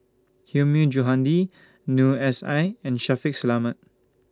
Hilmi Johandi Noor S I and Shaffiq Selamat